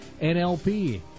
NLP